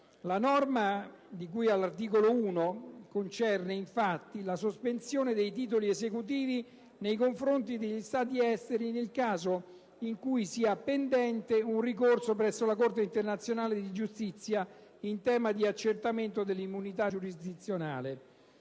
La norma di cui all'articolo 1 concerne, infatti, la sospensione dei titoli esecutivi nei confronti degli Stati esteri nel caso in cui sia pendente un ricorso presso la Corte internazionale di giustizia in tema di accertamento dell'immunità giurisdizionale.